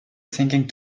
thinking